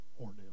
ordeal